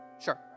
Sure